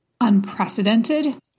unprecedented